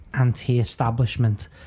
anti-establishment